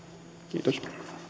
kiitos